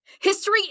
History